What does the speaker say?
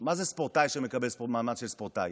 מה זה ספורטאי שמקבל מעמד של ספורטאי?